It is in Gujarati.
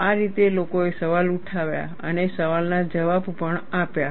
આ રીતે લોકોએ સવાલ ઉઠાવ્યા અને સવાલના જવાબ પણ આપ્યા